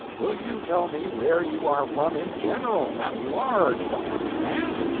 will you tell me where you are from in general at large, don't you understand?